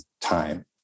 time